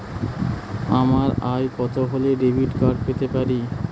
আমার আয় কত হলে ডেবিট কার্ড পেতে পারি?